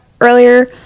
Earlier